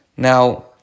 Now